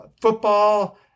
football